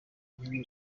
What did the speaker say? nkiri